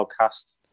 podcast